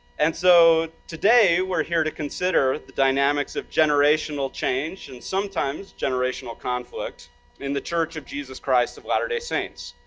and so, today we're here to consider the dynamics of generational change, and sometimes generational conflict in the church of jesus christ of latter-day saints.